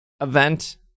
event